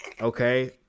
okay